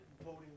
voting